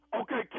okay